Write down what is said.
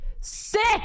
Sick